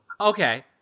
Okay